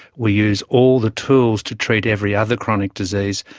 we use all the tools to treat every other chronic disease.